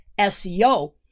SEO